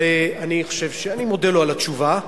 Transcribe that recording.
אני מודה לו על התשובה,